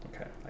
Okay